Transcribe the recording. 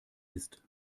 ist